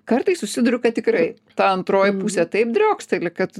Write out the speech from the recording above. kartais susiduriu kad tikrai ta antroji pusė taip drioksteli kad